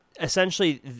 essentially